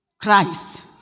Christ